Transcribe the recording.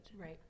Right